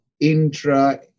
intra